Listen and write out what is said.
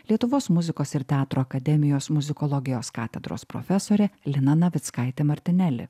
lietuvos muzikos ir teatro akademijos muzikologijos katedros profesorė lina navickaitė martineli